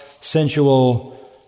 sensual